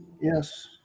Yes